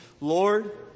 Lord